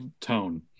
tone